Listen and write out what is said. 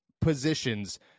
positions